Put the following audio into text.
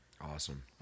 Awesome